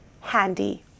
handy